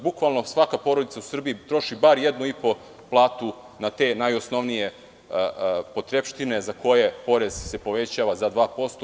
Bukvalno svaka porodica u Srbiji troši 1,5 platu na te najosnovnije potrepštine za koje porez se povećava za 2%